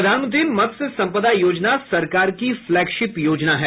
प्रधानमंत्री मत्स्य संपदा योजना सरकार की फ्लैगशिप योजना है